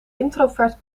introvert